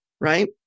right